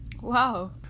Wow